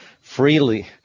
freely